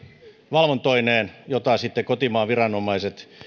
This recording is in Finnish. valvontoineen jota sitten kotimaan viranomaiset